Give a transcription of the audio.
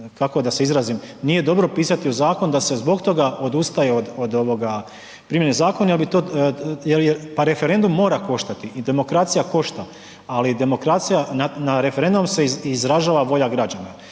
kako da se izrazim, nije dobro pisati u zakon da se zbog toga odustaje od primjene zakona jer bi to, jel je, pa referendum mora koštati i demokracija košta ali demokracija, na referendumu se izražava volja građana